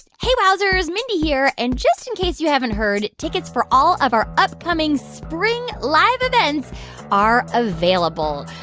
hey, wowzers. mindy here, and just in case you haven't heard, tickets for all of our upcoming spring live events are available.